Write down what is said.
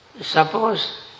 Suppose